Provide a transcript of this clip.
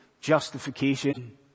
justification